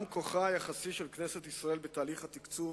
גם כוחה היחסי של כנסת ישראל בתהליך התקצוב